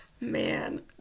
Man